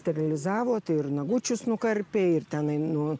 sterilizavo tai ir nagučius nukarpė ir tenai nu